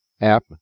app